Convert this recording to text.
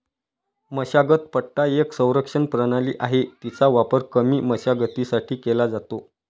मशागत पट्टा एक संरक्षण प्रणाली आहे, तिचा वापर कमी मशागतीसाठी केला जातो